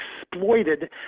exploited